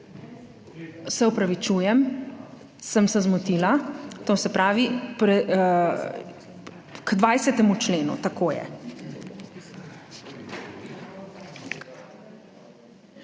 Se opravičujem, sem se zmotila, to se pravi k 20. členu, tako je.